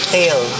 Tail